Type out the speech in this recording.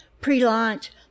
pre-launch